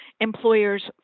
employers